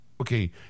Okay